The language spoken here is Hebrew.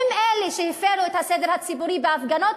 הם אלה שהפרו את הסדר הציבורי בהפגנות,